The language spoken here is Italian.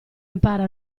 impara